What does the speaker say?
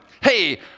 Hey